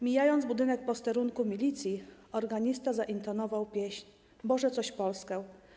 Mijając budynek posterunku milicji, organista zaintonował pieśń 'Boże, coś Polskę'